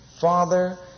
Father